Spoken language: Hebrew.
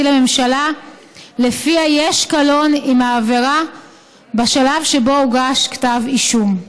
לממשלה שלפיה יש קלון עם העבירה בשלב שבו הוגש כתב אישום.